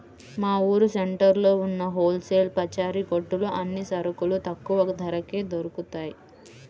మా ఊరు సెంటర్లో ఉన్న హోల్ సేల్ పచారీ కొట్టులో అన్ని సరుకులు తక్కువ ధరకే దొరుకుతయ్